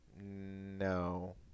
No